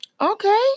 Okay